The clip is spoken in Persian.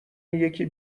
یکی